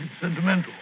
sentimental